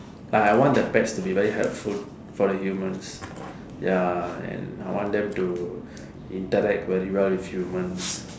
like I want the pets to be very helpful for the humans ya and I want them to interact very well with humans